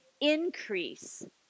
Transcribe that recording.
increase